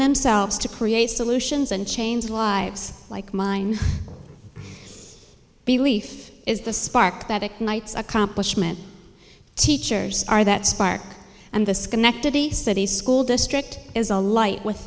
themselves to create solutions and change lives like mine belief is the spark that ignites accomplishment teachers are that spark and the schenectady city school district is alight with